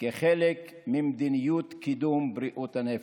כחלק ממדיניות קידום בריאות הנפש.